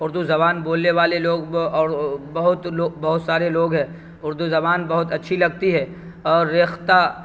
اردو زبان بولنے والے لوگ اور بہت لو بہت سارے لوگ ہیں اردو زبان بہت اچھی لگتی ہے اور ریختہ